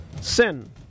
Sin